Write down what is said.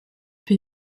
più